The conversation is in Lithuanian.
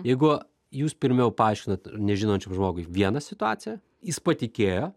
jeigu jūs pirmiau paaiškinat nežinančiam žmogui vieną situaciją jis patikėjo